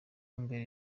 mbere